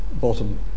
bottom